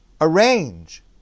arrange